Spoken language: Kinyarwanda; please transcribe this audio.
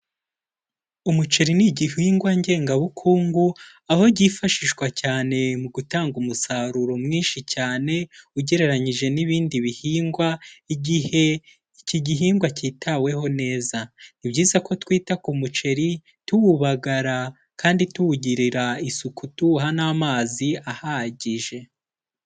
Umuceri ni igihingwa ngengabukungu aho Kifashishwa cyane mu gutanga umusaruro mwinshi cyane ugereranyije n'ibindi bihingwa igihe iki gihingwa cyitaweho neza. Ni byiza ko twita ku umuceri; tuwubagara, kandi tuwugirira isuku, kandu tuwuha n'amazi ahagije.